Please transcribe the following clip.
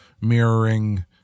mirroring